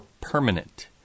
permanent